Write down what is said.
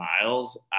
miles